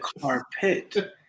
Carpet